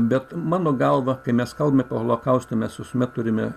bet mano galva kai mes kalbame apie holokaustą mes visuomet turime